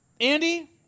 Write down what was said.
Andy